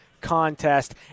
contest